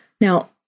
Now